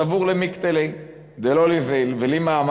סבור למיקטליה דלא ליזיל ולימא.